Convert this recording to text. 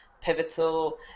pivotal